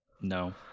No